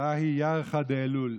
דא היא ירחא דאלול".